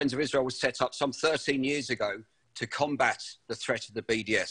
אנחנו ניסינו לעשות צחוק מהאנשים של ה-BDS